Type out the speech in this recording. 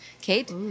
Kate